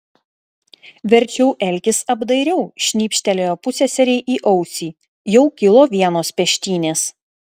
verčiau elkis apdairiau šnypštelėjo pusseserei į ausį jau kilo vienos peštynės